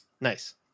Nice